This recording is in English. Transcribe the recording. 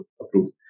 approved